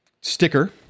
sticker